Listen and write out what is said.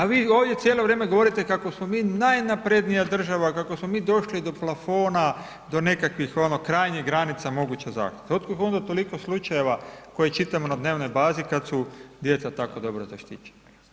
A vi ovdje cijelo vrijeme govorite kako smo mi najnaprednija država, kako smo mi došli do plafona, do nekakvih ono krajnjih granica moguće …/nerazumljivo/… otkud onda toliko slučajeva koje čitamo na dnevnoj bazi, kad su djeca tako dobro zaštićena.